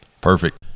Perfect